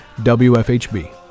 WFHB